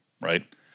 right